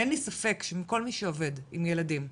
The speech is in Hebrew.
אין לי ספק שכל מי שעובד עם ילדים,